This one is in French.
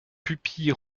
pupille